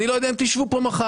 אני לא יודע אם תשבו שם מחר.